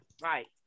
Right